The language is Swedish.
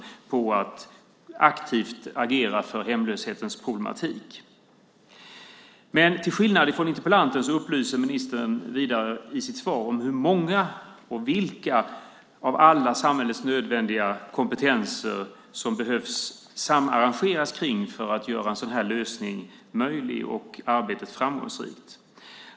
Det handlar om att aktivt agera för att lösa hemlöshetens problem. Till skillnad från interpellanten upplyser ministern vidare i sitt svar om hur många och vilka av alla samhällets nödvändiga kompetenser som behöver samarbeta för att göra en sådan lösning möjlig och arbetet framgångsrikt.